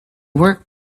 work